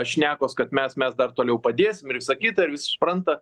šnekos kad mes mes dar toliau padėsim ir visa kita ir visi supranta